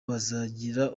bazagira